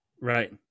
Right